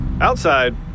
Outside